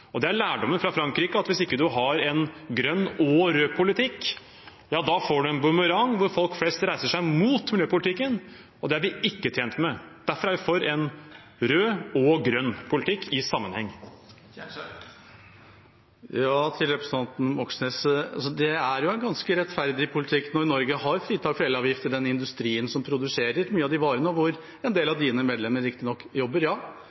usosialt. Det er lærdommen fra Frankrike at hvis man ikke har en grønn og rød politikk, får man en boomerang der folk flest reiser seg mot miljøpolitikken, og det er vi ikke tjent med. Derfor er vi for en rød og grønn politikk i sammenheng. Til representanten Moxnes: Det er en ganske rettferdig politikk når Norge har fritak for elavgift for den industrien som produserer mye av de varene, og hvor en del av Rødts medlemmer riktignok jobber – ja.